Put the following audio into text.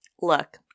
look